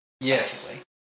Yes